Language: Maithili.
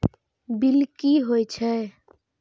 बील की हौए छै?